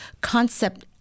concept